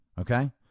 okay